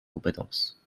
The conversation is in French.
compétence